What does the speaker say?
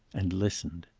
and listened.